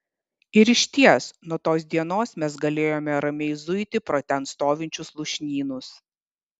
ir išties nuo tos dienos mes galėjome ramiai zuiti pro ten stovinčius lūšnynus